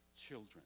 children